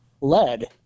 lead